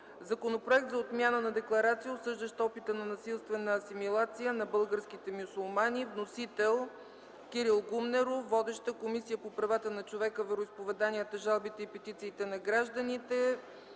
Законопроект за отмяна на декларация, осъждаща опита на насилствена асимилация на българските мюсюлмани. Вносител – Кирил Гумнеров. Водеща – Комисията по правата на човека, вероизповеданията, жалбите и петициите на гражданите.